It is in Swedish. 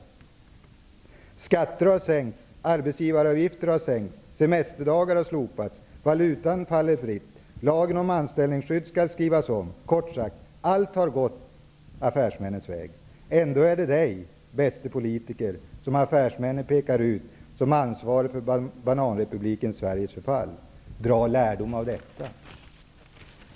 Han skriver vidare: ''Skatter har sänkts, arbetsgivaravgifter har sänkts, semesterdagar har slopats, valutan faller fritt, lagen om anställningsskydd skall skrivas om -- kort sagt: allt har gått affärsmännens väg. Ändå är det Dig, bäste politiker, som affärsmännen pekar ut som ansvarig för ''bananrepubliken Sveriges' förfall. Dra lärdom av det.''